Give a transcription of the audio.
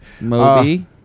Moby